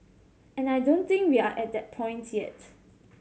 and I don't think we are at that point yet